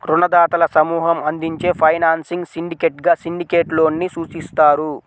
రుణదాతల సమూహం అందించే ఫైనాన్సింగ్ సిండికేట్గా సిండికేట్ లోన్ ని సూచిస్తారు